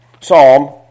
Psalm